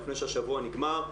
לפני שהשבוע נגמר.